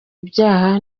ibyaha